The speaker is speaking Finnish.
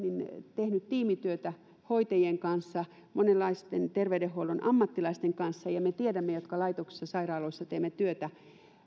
tehnyt tiimityötä hoitajien kanssa monenlaisten terveydenhuollon ammattilaisten kanssa ja me jotka laitoksissa sairaaloissa